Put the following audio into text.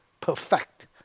perfect